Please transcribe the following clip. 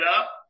up